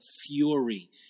fury